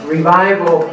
Revival